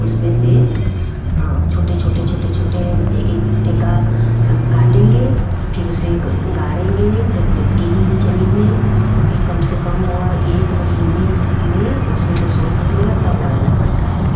उसमें से छोटे छोटे छोटे छोटे एक एक बित्ते का काटेंगे फिर उसे गाड़ेंगे गीली हुई ज़मीन में फिर कम से कम वह एक महीने में उसमें से सोर निकलेगा तब लगाना पड़ता है